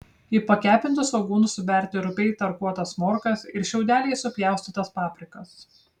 į pakepintus svogūnus suberti rupiai tarkuotas morkas ir šiaudeliais supjaustytas paprikas